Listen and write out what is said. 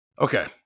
Okay